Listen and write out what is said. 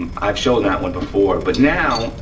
um i've shown that one before. but now,